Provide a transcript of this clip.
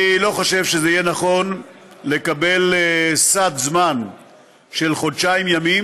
אני לא חושב שזה יהיה נכון לקבל סד זמן של חודשיים ימים,